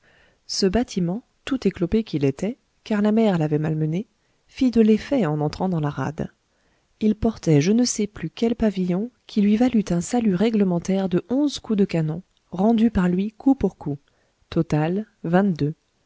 ce bâtiment tout éclopé qu'il était car la mer l'avait malmené fit de l'effet en entrant dans la rade il portait je ne sais plus quel pavillon qui lui valut un salut réglementaire de onze coups de canon rendus par lui coup pour coup total vingt-deux